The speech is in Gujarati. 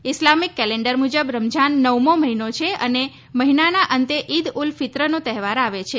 ઈસ્લામિક કેલેન્ડર મુજબ રમઝાન નવમો મહિનો છે અને મહિનાના અંતે ઈદ ઉલ ફિત્રનો તહેવાર આવે છે